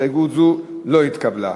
הסתייגות זו לא התקבלה.